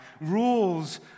rules